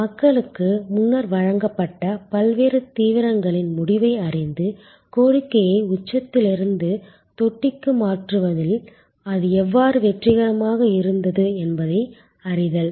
மக்களுக்கு முன்னர் வழங்கப்பட்ட பல்வேறு தீவிரங்களின் முடிவை அறிந்து கோரிக்கையை உச்சத்திலிருந்து தொட்டிக்கு மாற்றுவதில் அது எவ்வாறு வெற்றிகரமாக இருந்தது என்பதை அறிதல்